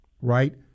right